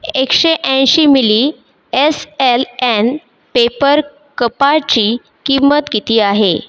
एकशे ऐंशी milli S L N paper कपाची किंमत किती आहे